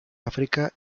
áfrica